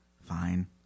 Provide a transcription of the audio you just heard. fine